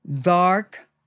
dark